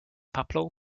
pablo